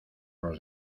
los